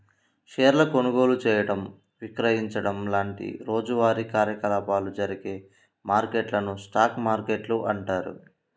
షేర్ల కొనుగోలు చేయడం, విక్రయించడం లాంటి రోజువారీ కార్యకలాపాలు జరిగే మార్కెట్లను స్టాక్ మార్కెట్లు అంటారు